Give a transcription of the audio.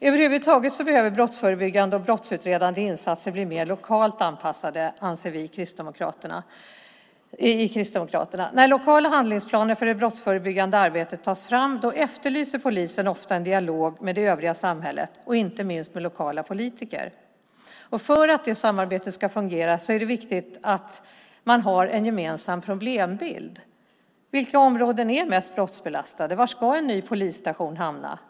Över huvud taget behöver brottsförebyggande och brottsutredande insatser bli mer lokalt anpassade, anser vi i Kristdemokraterna. När lokala handlingsplaner för det brottsförebyggande arbetet tas fram efterlyser polisen ofta en dialog med det övriga samhället, inte minst med lokala politiker. För att det samarbetet ska fungera är det viktigt att man har en gemensam problembild. Vilka områden är mest brottsbelastade? Var ska en ny polisstation hamna?